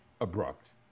abrupt